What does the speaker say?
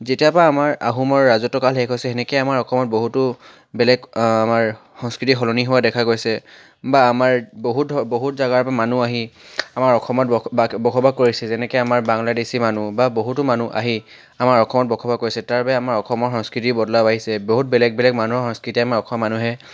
যেতিয়া পৰা আমাৰ আহোমৰ ৰাজত্বকাল শেষ হৈছে তেনেকেই আমাৰ অসমত বহুতো বেলেগ আমাৰ সংস্কৃতি সলনি হোৱা দেখা গৈছে বা আমাৰ বহুত ধ বহুত জাগাৰ মানুহ আহি আমাৰ অসমত বস বাস বসবাস কৰিছে যেনেকে আমাৰ বাংলাদেশী মানুহ বা বহুতো মানুহ আহি আমাৰ অসমত বসবাস কৰিছে তাৰ বাবে আমাৰ অসমৰ সংস্কৃতিত বদলাব আহিছে বহুত বেলেগ বেলেগ মানুহৰ সংস্কৃতি আমাৰ অসমৰ মানুহে